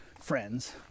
friends